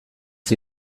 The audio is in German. sie